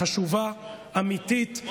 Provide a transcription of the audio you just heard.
חשובה, אמיתית.